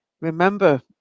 Remember